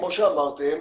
כמו שאמרתם,